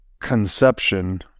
conception